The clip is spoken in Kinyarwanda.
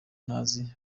ntazi